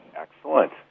Excellent